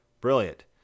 Brilliant